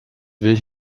will